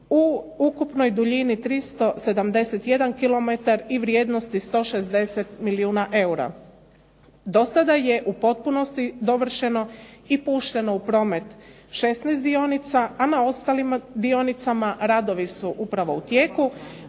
u ukupnoj duljini 371 kilometar i vrijednosti 160 milijuna eura. Do sada je u potpunosti dovršeno i pušteno u promet 16 dionica, a na ostalima dionicama radovi su upravo u tijeku,